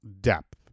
depth